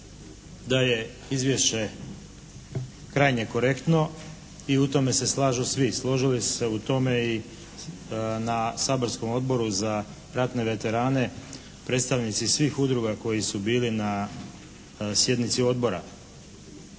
da je izvješće krajnje korektno i u tom se slažu svi. Složili su se u tome i na saborskom Odboru za ratne veterane predstavnici svih udruga koji su bili na sjednici odbora.